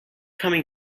coming